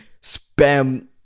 spam